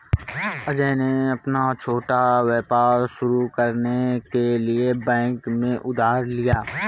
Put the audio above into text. अजय ने अपना छोटा व्यापार शुरू करने के लिए बैंक से उधार लिया